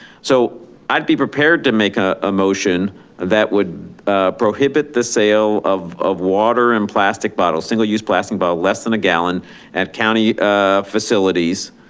so i'd be prepared to make ah a motion that would prohibit the sale of of water in plastic bottles, single-use plastic bottles less than a gallon at county facilities.